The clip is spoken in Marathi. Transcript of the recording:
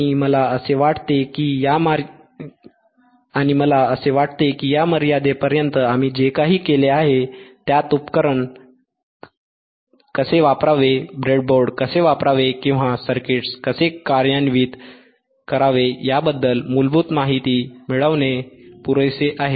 आणि मला असे वाटते की या मर्यादेपर्यंत आम्ही जे काही केले आहे त्यात उपकरण कसे वापरावे ब्रेडबोर्ड कसे वापरावे किंवा सर्किट्स कसे कार्यान्वित करावे याबद्दल मूलभूत माहिती मिळवणे पुरेसे आहे